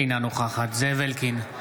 אינה נוכחת זאב אלקין,